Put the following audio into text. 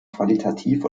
qualitativ